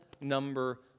number